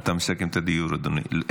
אתה מסכם את הדיון, אדוני?